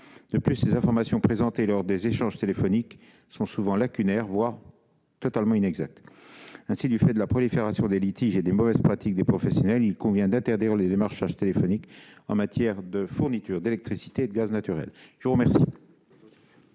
De plus, les informations présentées lors des échanges téléphoniques sont souvent lacunaires, voire totalement inexactes. Aussi, du fait de la prolifération des litiges et des mauvaises pratiques des professionnels, il convient d'interdire le démarchage téléphonique en matière de fourniture d'électricité et de gaz naturel. La parole